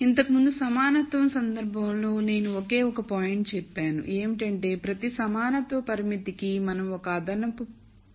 ఇంతకుముందు సమానత్వం సందర్భంలో నేను ఒక ఒక పాయింట్ చెప్పాను ఏమిటంటే ప్రతి సమానత్వ పరిమితి కి మనం ఒక అదనపు పారామతిని జోడిస్తాము